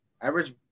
average